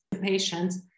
patients